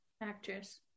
actress